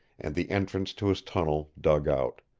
and the entrance to his tunnel dug out.